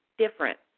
Different